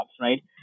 right